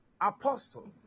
apostle